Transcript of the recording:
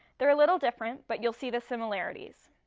they're a little different, but you'll see the similarities.